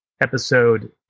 episode